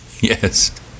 Yes